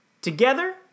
Together